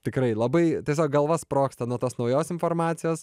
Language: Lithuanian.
tikrai labai tiesiog galva sprogsta nuo tos naujos informacijos